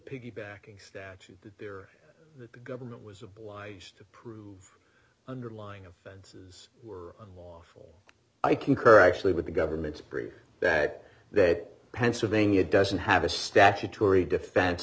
piggy backing statute there that the government was obliged to prove underlying offenses were lawful i concur actually with the government's brief that that pennsylvania doesn't have a statutory defense